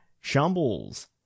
Shambles